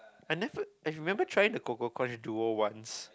I never I remember trying the CocoCrunch duo once